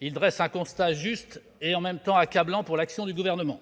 Il dresse un constat juste et, en même temps, accablant pour l'action du Gouvernement.